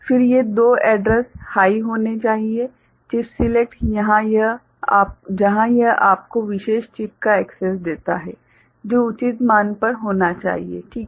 फिर से ये दो एड्रैस हाइ होने चाहिए चिप सिलेक्ट जहां यह आपको विशेष चिप का एक्सैस देता है जो उचित मान पर होना चाहिए ठीक है